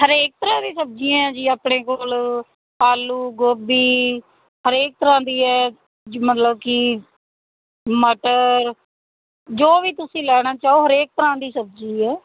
ਹਰੇਕ ਤਰ੍ਹਾਂ ਦੀ ਸਬਜ਼ੀਆਂ ਜੀ ਆਪਣੇ ਕੋਲ ਆਲੂ ਗੋਭੀ ਹਰੇਕ ਤਰ੍ਹਾਂ ਦੀ ਹੈ ਜੀ ਮਤਲਬ ਕਿ ਮਟਰ ਜੋ ਵੀ ਤੁਸੀਂ ਲੈਣਾ ਚਾਹੋ ਹਰੇਕ ਤਰ੍ਹਾਂ ਦੀ ਸਬਜ਼ੀ ਹੈ